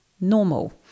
normal